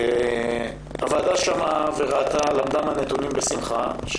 הוועדה שמעה ולמדה מהנתונים בשמחה,